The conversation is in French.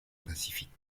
pacifique